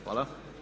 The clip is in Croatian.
Hvala.